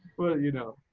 well, you know,